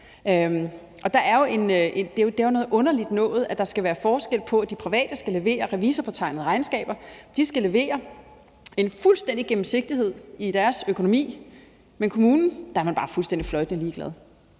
Det er noget underligt noget, at der skal være forskel på det. De private skal levere revisorpåtegnede regnskaber. De skal levere en fuldstændig gennemsigtighed i deres økonomi, men i kommunen er man bare fuldstændig fløjtende ligeglad,